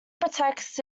protects